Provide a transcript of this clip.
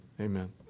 Amen